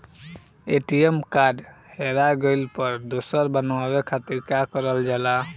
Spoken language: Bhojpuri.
ए.टी.एम कार्ड हेरा गइल पर दोसर बनवावे खातिर का करल जाला?